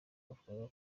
bavugaga